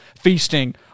feasting